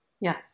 Yes